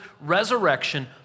resurrection